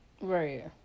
Right